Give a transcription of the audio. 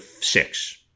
six